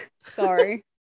sorry